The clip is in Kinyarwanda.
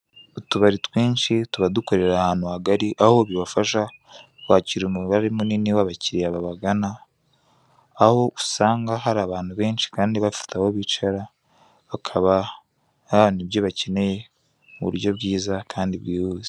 Utubari twinshi tuba dukorera ahantu hagari, aho bibafasha kwakira umubare munini w'abakiliya babagana, aho usanga hari abantu benshi kandi bafite aho bicara, hakaba bahana ibyo bakeneye mu buryo bwiza kandi bwihuse.